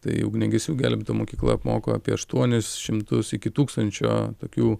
tai ugniagesių gelbėtojų mokykla apmoko apie aštuonis šimtus iki tūkstančio tokių